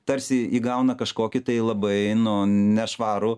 tarsi įgauna kažkokį tai labai nu nešvarų